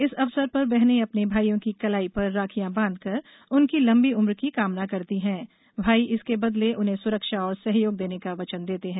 इस अवसर पर बहनें अपने भाइयों की कलाई पर राखियां बांधकर उनकी लंबी उम्र की कामना करती हैं भाई इसके बदले उन्हें सुरक्षा और सहयोग देने का वचन देते हैं